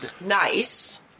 Nice